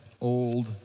old